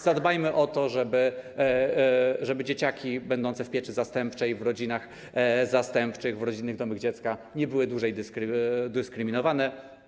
Zadbajmy o to, żeby dzieciaki będące w pieczy zastępczej, w rodzinach zastępczych, w rodzinnych domach dziecka nie były dłużej dyskryminowane.